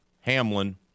Hamlin